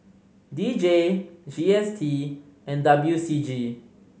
D J G S T and W C G